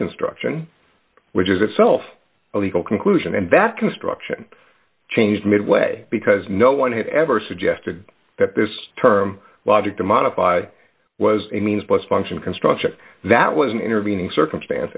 construction which is itself a legal conclusion and that construction changed midway because no one had ever suggested that this term logic to modify was a means by function construction that was an intervening circumstance